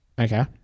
Okay